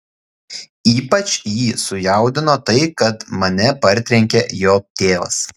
ypač jį sujaudino tai kad mane partrenkė jo tėvas